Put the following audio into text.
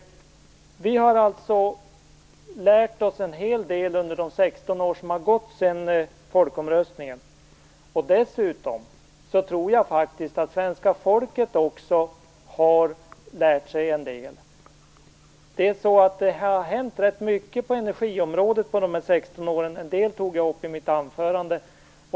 Vi har lärt oss en hel del under de 16 år som har gått sedan folkomröstningen. Dessutom tror jag faktiskt att svenska folket har lärt sig en del. Det har hänt rätt mycket på energiområdet under de 16 åren, vilket jag tog upp i mitt anförande.